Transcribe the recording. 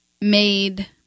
made